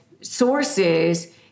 sources